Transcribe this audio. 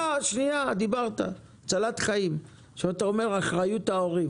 כשאתה מדבר על אחריות ההורים